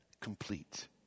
complete